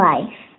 Life